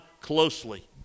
closely